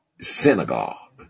synagogue